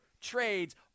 trades